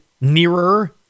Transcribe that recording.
nearer